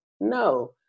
no